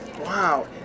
Wow